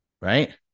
right